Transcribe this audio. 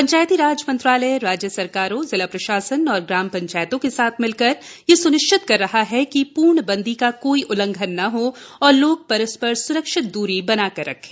पंचायती राज मंत्रालय राज्य सरकारों जिला प्रशासन और ग्राम पंचायतों के साथ मिलकर यह सुनिश्चित कर रहा है कि पूर्णबंदी का कोई उल्लंघन न हो और लोग परस्पर स्रक्षित दूरी बना कर रहें